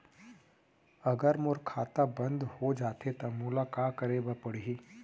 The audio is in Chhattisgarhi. अगर मोर खाता बन्द हो जाथे त मोला का करे बार पड़हि?